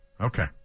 okay